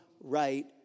right